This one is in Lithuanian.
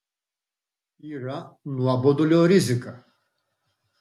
yra nuobodulio rizika